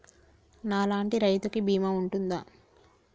నా లాంటి రైతు కి బీమా ఉంటుందా?